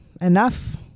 enough